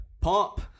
Pump